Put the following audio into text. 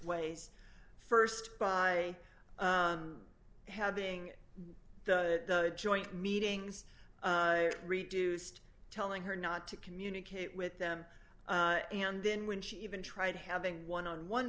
ways st by having the joint meetings reduced telling her not to communicate with them and then when she even tried having one on one